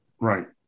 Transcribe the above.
right